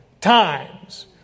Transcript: times